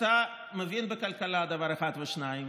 אתה מבין בכלכלה דבר אחד או שניים,